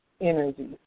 energy